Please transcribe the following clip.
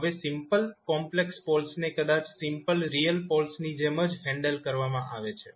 હવે simple complex પોલ્સને કદાચ સિમ્પલ રિયલ પોલ્સ ની જેમ જ હેન્ડલ કરવામાં આવે છે